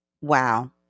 Wow